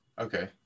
Okay